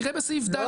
תראה בסעיף ד',